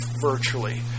virtually